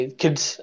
kids